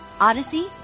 Odyssey